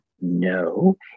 No